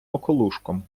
околушком